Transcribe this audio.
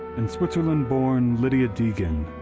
and switzerland-born lydia deagon,